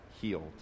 healed